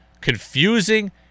confusing